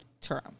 term